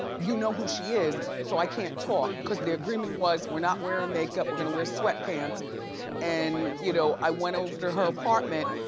you know who she is, so i can't talk cause the agreement was we're not wearing and makeup, we're gonna wear sweat pants and you know, i went over to her apartment,